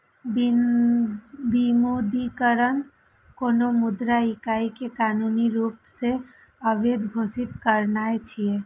विमुद्रीकरण कोनो मुद्रा इकाइ कें कानूनी रूप सं अवैध घोषित करनाय छियै